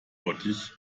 bottich